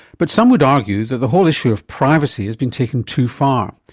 but some would argue that the whole issue of privacy has been taken too far,